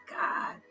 God